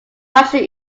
martial